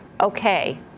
okay